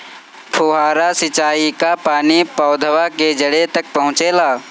फुहारा सिंचाई का पानी पौधवा के जड़े तक पहुचे ला?